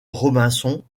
robinson